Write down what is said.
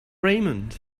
raymond